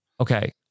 Okay